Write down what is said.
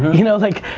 you know like,